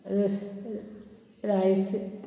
रस रायस